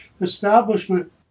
establishment